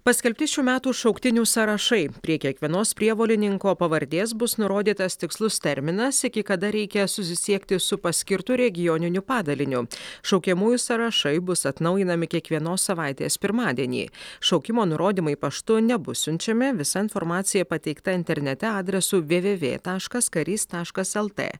paskelbti šių metų šauktinių sąrašai prie kiekvienos prievolininko pavardės bus nurodytas tikslus terminas iki kada reikia susisiekti su paskirtu regioniniu padaliniu šaukiamųjų sąrašai bus atnaujinami kiekvienos savaitės pirmadienį šaukimo nurodymai paštu nebus siunčiami visa informacija pateikta internete adresu www taškas karys taškas lt